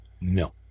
No